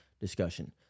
discussion